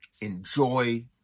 Enjoy